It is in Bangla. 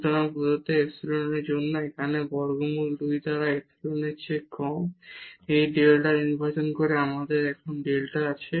সুতরাং প্রদত্ত এপসাইলনের জন্য এখানে বর্গমূল 2 দ্বারা এপিসিলনের চেয়ে কম এই ডেল্টা নির্বাচন করে আমাদের এখন এই ডেল্টা আছে